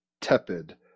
tepid